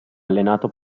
allenato